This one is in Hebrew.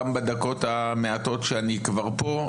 גם בדקות המעטות שאני כבר פה,